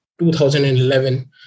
2011